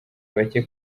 bake